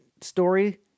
story